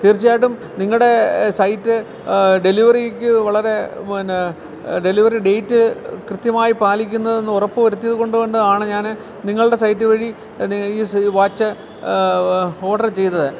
തീർച്ചയായിട്ടും നിങ്ങളുടെ സൈറ്റ് ഡെലിവറിക്ക് വളരെ പിന്നെ ഡെലിവറി ഡേറ്റ് കൃത്യമായി പാലിക്കുന്നതെന്ന് ഉറപ്പ് വരുത്തിയത് കൊണ്ടാണ് ഞാൻ നിങ്ങളുടെ സൈറ്റ് വഴി ഈ വാച്ച് ഓഡ്റ് ചെയ്തത്